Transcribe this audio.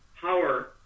power